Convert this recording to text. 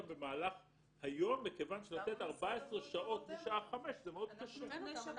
במהלך היום מכיוון שלתת 14 שעות משעה 17:00 זה מאוד קשה.